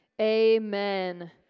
Amen